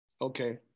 okay